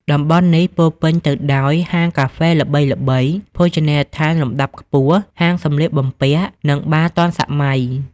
តំបន់នេះពោរពេញទៅដោយហាងកាហ្វេល្បីៗ ភោជនីយដ្ឋានលំដាប់ខ្ពស់ ហាងសំលៀកបំពាក់ និងបារទាន់សម័យ។